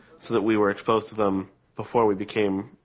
so that we were exposed to them before we became